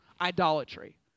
Idolatry